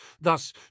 thus